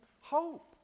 hope